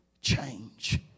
change